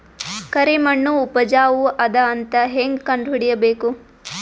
ಕರಿಮಣ್ಣು ಉಪಜಾವು ಅದ ಅಂತ ಹೇಂಗ ಕಂಡುಹಿಡಿಬೇಕು?